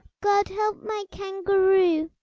god help my kangaroo!